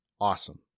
awesome